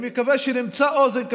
אני מקווה שנמצא אוזן קשבת,